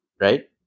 right